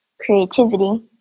creativity